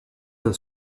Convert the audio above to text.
d’un